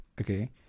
Okay